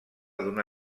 d’una